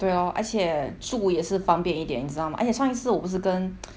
对 lor 而且出租也是方便一点你知道 mah !aiya! 上一次我不是跟